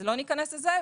לא ניכנס לזה,